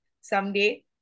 someday